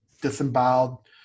disemboweled